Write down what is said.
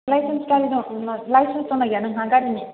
licence दं ना गैया नोंहा गारिनि